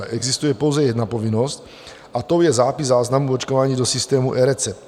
Existuje pouze jedna povinnost a tou je zápis záznamu očkování do systému eRecept.